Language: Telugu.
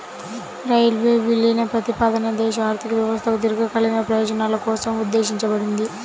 రైల్వే విలీన ప్రతిపాదన దేశ ఆర్థిక వ్యవస్థకు దీర్ఘకాలిక ప్రయోజనాల కోసం ఉద్దేశించబడింది